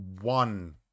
one